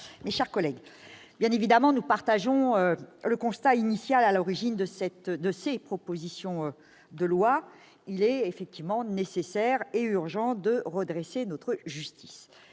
mes chers collègues, bien évidemment, nous partageons le constat initial à l'origine de ces propositions de loi : il est nécessaire et urgent de redresser notre justice,